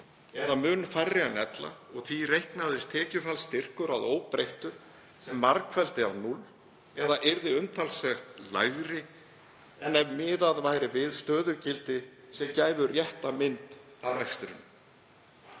eða mun færri en ella og því reiknaðist tekjufallsstyrkur að óbreyttu sem margfeldi af núll eða yrði umtalsvert lægri en ef miðað væri við stöðugildi sem gæfu rétta mynd af rekstrinum.